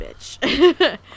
bitch